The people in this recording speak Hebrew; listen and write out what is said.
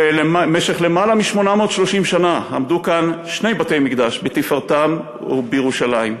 ובמשך למעלה מ-830 שנה עמדו כאן שני בתי-מקדש בתפארתם בירושלים.